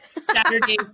Saturday